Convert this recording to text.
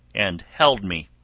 and held me,